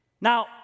Now